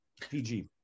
PG